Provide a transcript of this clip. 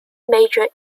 major